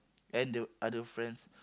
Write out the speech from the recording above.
and the other friends